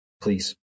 please